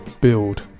build